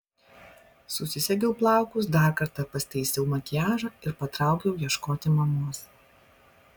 susisegiau plaukus dar kartą pasitaisiau makiažą ir patraukiau ieškoti mamos